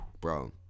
Bro